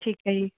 ਠੀਕ ਹੈ ਜੀ